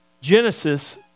Genesis